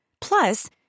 Plus